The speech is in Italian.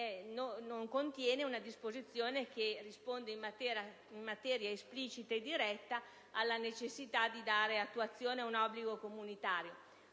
non contiene una disposizione che risponde in maniera esplicita e diretta alla necessità di dare attuazione a un obbligo comunitario.